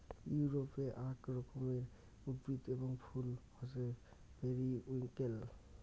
ইউরোপে আক রকমের উদ্ভিদ এবং ফুল হসে পেরিউইঙ্কেল